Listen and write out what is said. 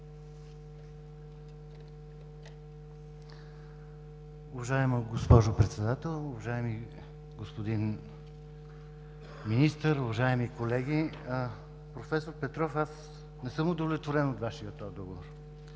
Уважаема госпожо Председател, уважаеми господин Министър, уважаеми колеги! Професор Петров, не съм удовлетворен от Вашия отговор.